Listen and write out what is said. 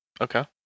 Okay